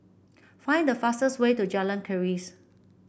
find the fastest way to Jalan Keris